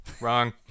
Wrong